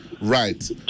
Right